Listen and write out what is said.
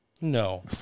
No